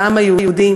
של העם היהודי.